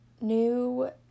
new